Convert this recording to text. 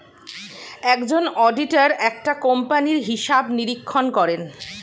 একজন অডিটর একটা কোম্পানির হিসাব নিরীক্ষণ করেন